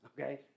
okay